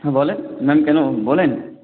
হ্যাঁ বলুন ম্যাম কেন বলুন